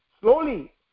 slowly